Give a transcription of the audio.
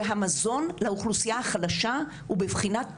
והמזון לאוכלוסייה החלשה הוא בבחינת תרופה.